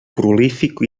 prolífic